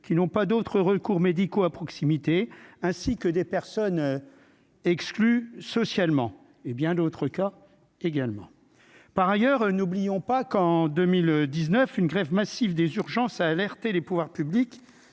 qui n'ont pas d'autres recours médicaux à proximité, ainsi que des personnes exclues socialement et bien d'autres cas également, par ailleurs, n'oublions pas qu'en 2019 une grève massive des urgences a alerté les pouvoirs publics